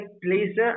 please